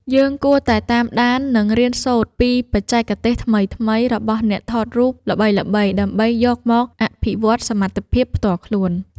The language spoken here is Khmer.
យើងគួរតែតាមដាន និងរៀនសូត្រពីបច្ចេកទេសថ្មីៗរបស់អ្នកថតរូបល្បីៗដើម្បីយកមកអភិវឌ្ឍសមត្ថភាពផ្ទាល់ខ្លួន។